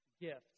gift